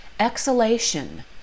Exhalation